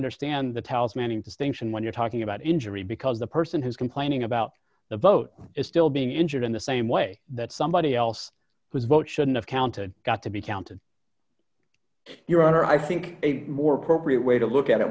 understand the talismanic distinction when you're talking about injury because the person who is complaining about the vote is still being injured in the same way that somebody else whose votes shouldn't have counted got to be counted your honor i think a more appropriate way to look at it